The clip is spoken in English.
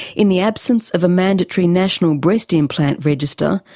in the absence of a mandatory national breast implant register,